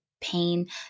pain